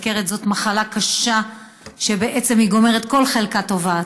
הסוכרת היא מחלה קשה שגומרת כל חלקה טובה.